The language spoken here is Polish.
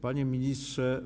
Panie Ministrze!